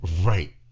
Right